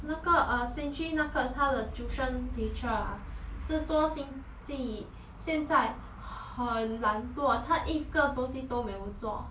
那个 uh cintri 那个他的 tuition teacher uh 是说 xin ji 现在很懒惰他一个东西都没有做